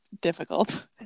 difficult